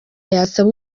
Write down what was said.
yasaba